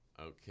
Okay